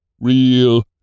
Real